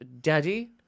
Daddy